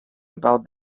about